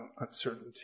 uncertainty